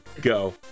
go